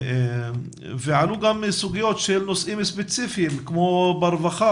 עלו גם סוגיות של נושאים ספציפיים כמו ברווחה